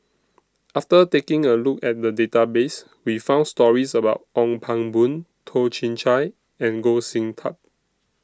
after taking A Look At The Database We found stories about Ong Pang Boon Toh Chin Chye and Goh Sin Tub